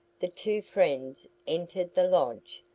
the two friends entered the lodge,